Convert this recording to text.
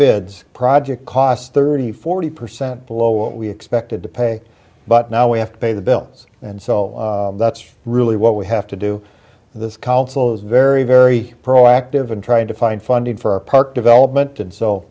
beds project cost thirty forty percent below what we expected to pay but now we have to pay the bill and so that's really what we have to do this council is very very proactive in trying to find funding for a park development and so